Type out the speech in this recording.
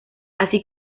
así